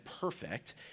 perfect